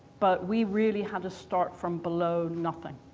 but we really had to start from below nothing.